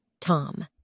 Tom